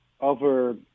over